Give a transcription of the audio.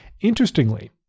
interestingly